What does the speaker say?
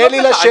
תענה לי לשאלות.